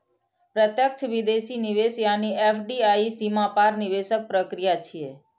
प्रत्यक्ष विदेशी निवेश यानी एफ.डी.आई सीमा पार निवेशक प्रक्रिया छियै